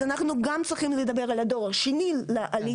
אז אנחנו גם צריכים לדבר על הדור השני לעלייה.